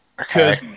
Okay